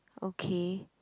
okay